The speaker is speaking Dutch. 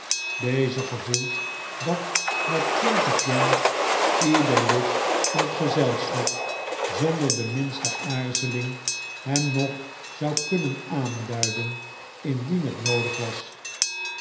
deze gevoelt dat na twintig jaar ieder lid van het gezelschap zonder de minste aarzeling hem nog zou kunnen aanduiden indien het noodig was